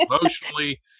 Emotionally